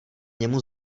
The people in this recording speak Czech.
němu